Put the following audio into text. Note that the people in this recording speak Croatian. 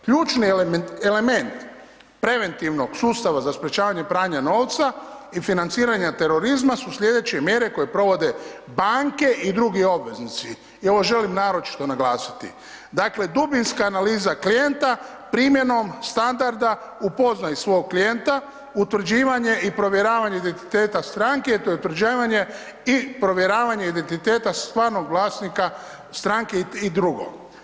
Ključni element preventivnog sustava za sprječavanje pranja novca i financiranja terorizma su sljedeće mjere koje provode banke i drugi obveznici.“ I ovo želim naročito naglasiti, dakle dubinska analiza klijenta primjenom standarda upoznaj svog klijenta, utvrđivanje i provjeravanje identiteta stranke te utvrđivanje i provjeravanje identiteta stvarnog vlasnika stranke i drugo.